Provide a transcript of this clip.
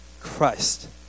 christ